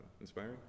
inspiring